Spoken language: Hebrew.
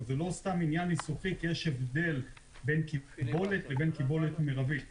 זה לא סתם עניין ניסוחי כי יש הבדל בין "קיבולת" לבין "קיבולת מרבית".